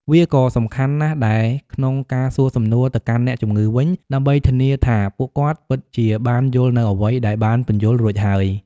វាក៏សំខាន់ណាស់ដែរក្នុងការសួរសំណួរទៅកាន់អ្នកជំងឺវិញ ដើម្បីធានាថាពួកគាត់ពិតជាបានយល់នូវអ្វីដែលបានពន្យល់រួចហើយ។